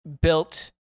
built